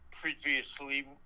previously